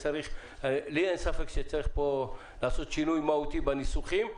לי אין ספק שצריך לעשות פה שינוי מהותי בניסוחים.